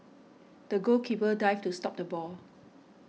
the goalkeeper dived to stop the ball